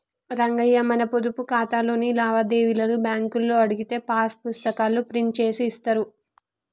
రంగయ్య మన పొదుపు ఖాతాలోని లావాదేవీలను బ్యాంకులో అడిగితే పాస్ పుస్తకాల్లో ప్రింట్ చేసి ఇస్తారు